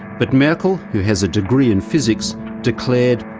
but merkel, who has a degree in physics, declared,